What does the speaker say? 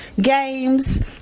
games